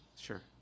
Sure